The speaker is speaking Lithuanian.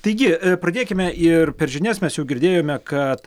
taigi pradėkime ir per žinias mes jau girdėjome kad